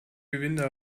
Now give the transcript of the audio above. gewinde